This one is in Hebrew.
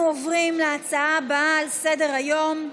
אנחנו עוברים להצעה הבאה בסדר-היום: